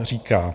Říká: